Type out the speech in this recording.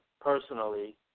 personally